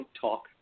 Talk